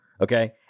okay